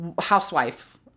housewife